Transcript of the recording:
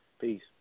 Peace